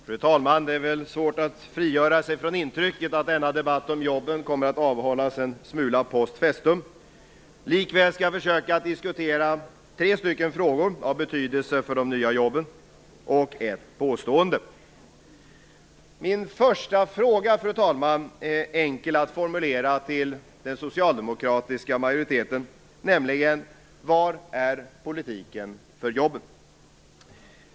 Fru talman! Det är svårt att frigöra sig från intrycket att denna debatt om jobben kommer att avhållas en smula post festum. Likväl skall jag försöka att diskutera tre frågor av betydelse för de nya jobben och ett påstående. Min första fråga, fru talman, är enkel att formulera till den socialdemokratiska majoriteten. Var är politiken för jobben?